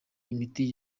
imiti